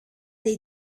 dei